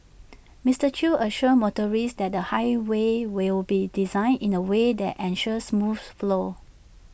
Mister chew assured motorists that the highway will be designed in A way that ensures smooth flow